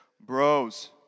bros